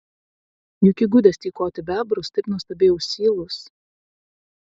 juk įgudęs tykoti bebrus taip nuostabiai ausylus